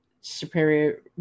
superior